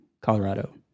Colorado